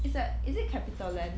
is at is it Capitastar